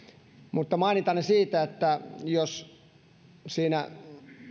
mutta kun mainitsitte sen että kun siinä